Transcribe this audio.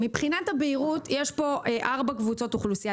מבחינת הבהירות, יש פה ארבע קבוצות אוכלוסייה.